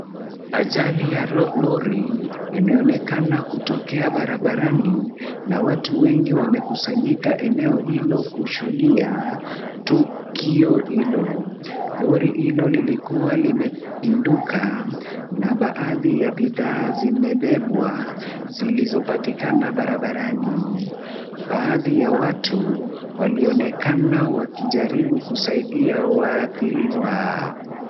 Ajali ya lori imeonekana kutokea barabarani na watu wengi wamekusanyika eneo hilo kushuhudia tukio hilo. Lori hilo lilikuwa limepinduka na baadhi ya bidhaa zimebebwa zilizopatikana barabarani, baadhi ya watu walionekana wakijaribu kusaidia waathiriwa.